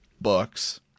books